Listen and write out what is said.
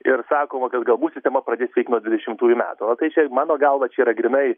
ir sakoma kad galbūt sistema pradės veikt nuo dvidešimtųjų metų o tai čia mano galva čia yra grynai